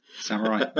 Samurai